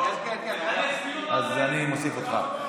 אז אני מוסיף אותך.